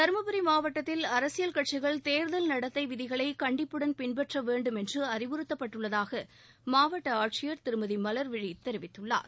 தருமபுரி மாவட்டத்தில் அரசியல் கட்சிகள் தேர்தல் நடத்தை விதிகளை கண்டிப்புடன் பின்பற்ற வேண்டும் என்று அறிவுறுத்தப்பட்டுள்ளதாக மாவட்ட ஆட்சியர் திருமதி மலர்விழி தெரிவித்துள்ளார்